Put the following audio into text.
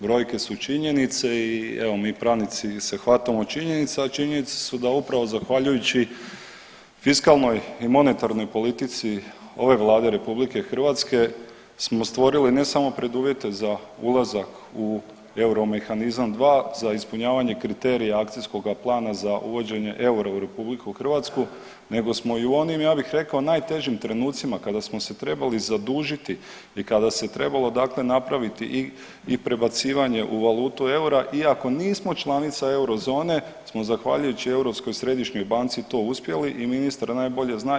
Brojke su činjenice i evo mi pravnici se hvatamo činjenica, a činjenice su da upravo zahvaljujući fiskalnoj i monetarnoj politici ove Vlade Republike Hrvatske smo stvorili ne samo preduvjete za ulazak u euro mehanizam dva za ispunjavanje kriterija akcijskoga plana za uvođenje eura u Republiku Hrvatsku nego smo i u onim ja bih rekao najtežim trenucima kada smo se trebali zadužiti i kada se trebalo, dakle napraviti i prebacivanje u valutu eura i ako nismo članica eurozone smo zahvaljujući Europskoj središnjoj banci to uspjeli i ministar najbolje zna.